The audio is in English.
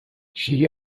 she